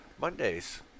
Mondays